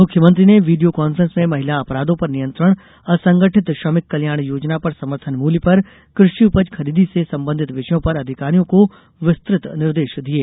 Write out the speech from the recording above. मुख्यमंत्री ने video conference में महिला अपराधों पर नियंत्रण असंगठित श्रमिक कल्याण योजना और समर्थन मूल्य पर कृषि उपज खरीदी से संबंधित विषयों पर अधिकारियों को विस्तृत निर्देश दिये